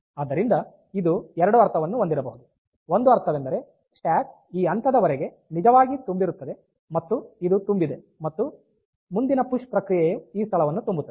ಆದ್ದರಿಂದ ಇದು ಎರಡು ಅರ್ಥವನ್ನು ಹೊಂದಿರಬಹುದು ಒಂದು ಅರ್ಥವೆಂದರೆ ಸ್ಟ್ಯಾಕ್ ಈ ಹಂತದವರೆಗೆ ನಿಜವಾಗಿ ತುಂಬಿರುತ್ತದೆ ಮತ್ತು ಇದು ತುಂಬಿದೆ ಮತ್ತು ಮುಂದಿನ ಪುಶ್ ಪ್ರಕ್ರಿಯೆಯು ಈ ಸ್ಥಳವನ್ನು ತುಂಬುತ್ತದೆ